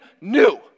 new